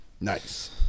Nice